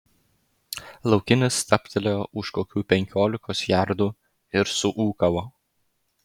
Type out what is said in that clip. laukinis stabtelėjo už kokių penkiolikos jardų ir suūkavo